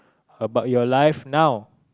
about your life now